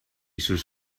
sus